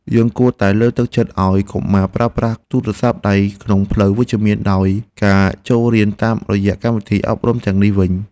យើងគួរតែលើកទឹកចិត្តឱ្យកុមារប្រើប្រាស់ទូរស័ព្ទដៃក្នុងផ្លូវវិជ្ជមានដោយការចូលរៀនតាមរយៈកម្មវិធីអប់រំទាំងនេះវិញ។